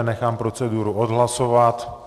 Nechám proceduru odhlasovat.